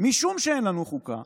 "משום שאין לנו חוקה,